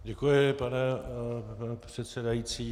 Děkuji, pane předsedající.